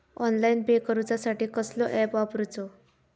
Online pay करूचा साठी कसलो ऍप वापरूचो?